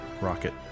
rocket